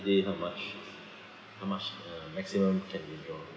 they not much how much uh maximum can withdraw